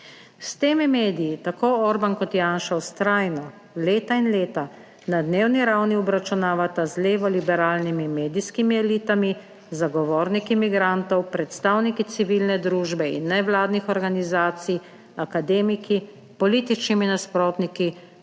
S temi mediji tako Orban kot Janša vztrajno leta in leta na dnevni ravni obračunavata z levo liberalnimi medijskimi elitami, zagovorniki migrantov, predstavniki civilne družbe in nevladnih organizacij, akademiki, političnimi nasprotniki